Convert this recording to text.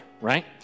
Right